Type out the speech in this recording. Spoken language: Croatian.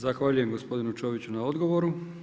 Zahvaljujem gospodinu Čoviću na odgovoru.